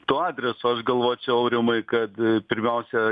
tuo adresu aš galvočiau aurimai kad pirmiausia